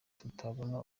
tutabona